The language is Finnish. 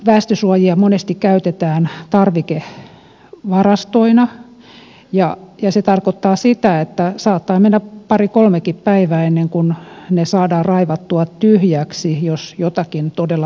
väestösuojia monesti käytetään tarvikevarastoina ja se tarkoittaa sitä että saattaa mennä pari kolmekin päivää ennen kuin ne saadaan raivattua tyhjiksi jos jotakin todella tapahtuu